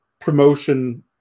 promotion